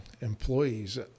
employees